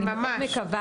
אני מקווה